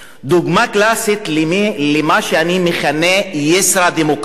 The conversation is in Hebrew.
דוגמה קלאסית למה שאני מכנה "יִשְׂרָא-דמוקרטיה",